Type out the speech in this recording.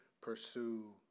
pursue